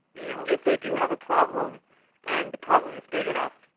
you know if they do have a problem and the problem is big enough,